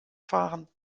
fahren